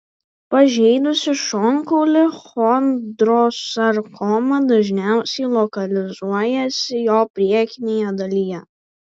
pažeidusi šonkaulį chondrosarkoma dažniausiai lokalizuojasi jo priekinėje dalyje